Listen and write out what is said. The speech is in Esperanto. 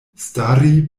stari